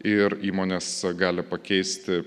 ir įmonės gali pakeisti